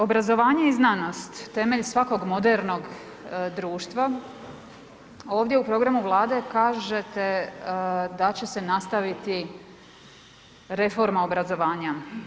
Obrazovanje i znanost, temelj svakog modernog društva, ovdje u programu Vlade kažete da će se nastaviti reforma obrazovanja.